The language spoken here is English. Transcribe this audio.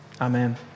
Amen